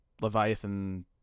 Leviathan